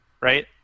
right